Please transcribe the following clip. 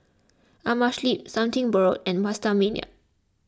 Amerisleep Something Borrowed and PastaMania